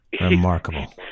Remarkable